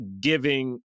giving